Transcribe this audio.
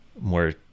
more